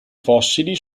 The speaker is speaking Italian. fossili